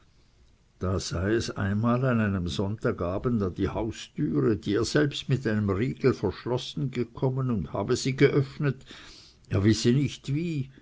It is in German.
da sei es einmal an einem sonntag abend an die haustüre die er selbst mit einem riegel verschlossen gekommen und habe sie geöffnet er wisse nicht wie